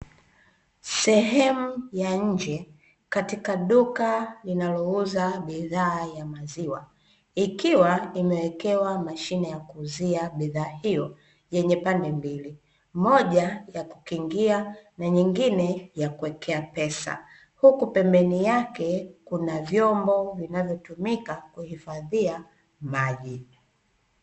Sehemu ya nje katika duka linalouza bidhaa ya maziwa ikiwa imewekewa mashine ya kuuzia bidhaa hiyo yenye pande mbili moja ya kukingia na nyingine ya kuekea pesa, huku pembeni yake kuna vyombo vinavyotumika kuhifadhia maji.